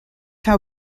how